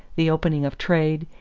the opening of trade,